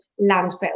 landfill